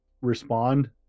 respond